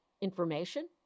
information